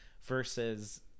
versus